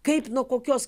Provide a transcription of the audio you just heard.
kaip nuo kokios